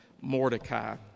Mordecai